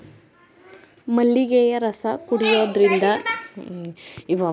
ಮಲ್ಲಿಗೆಯ ರಸ ಕುಡಿಯೋದ್ರಿಂದ ಕ್ಯಾನ್ಸರ್ ಗುಣವಾಗುತ್ತೆ ಈ ಎಲೆ ಸ್ತನ ಗೆಡ್ಡೆಗೆ ಪರಿಣಾಮಕಾರಿಯಾಗಯ್ತೆ